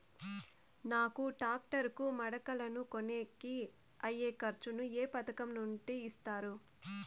నాకు టాక్టర్ కు మడకలను కొనేకి అయ్యే ఖర్చు ను ఏ పథకం నుండి ఇస్తారు?